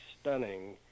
stunning